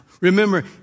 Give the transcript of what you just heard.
Remember